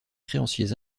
créanciers